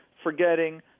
forgetting